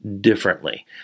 differently